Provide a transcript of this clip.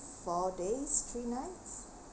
four days three nights